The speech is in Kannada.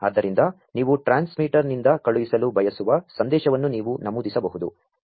ಆದ್ದರಿಂ ದ ನೀ ವು ಟ್ರಾ ನ್ಸ್ಮಿ ಟರ್ನಿಂ ದ ಕಳು ಹಿಸಲು ಬಯಸು ವ ಸಂ ದೇ ಶವನ್ನು ನೀ ವು ನಮೂ ದಿಸಬಹು ದು